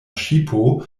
ŝipo